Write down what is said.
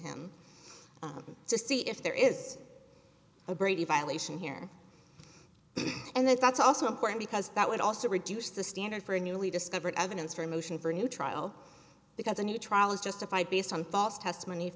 him to see if there is a brady violation here and that's also important because that would also reduce the standard for a newly discovered evidence for a motion for new trial because a new trial is justified based on false testimony if